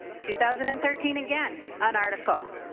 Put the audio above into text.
two thousand and thirteen again. an article.